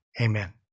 Amen